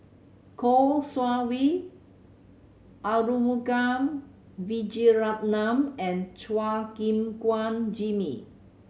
Kouo Shang Wei Arumugam Vijiaratnam and Chua Gim Guan Jimmy